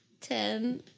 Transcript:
Ten